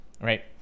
right